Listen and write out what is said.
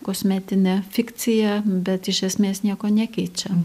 kosmetinė fikcija bet iš esmės nieko nekeičia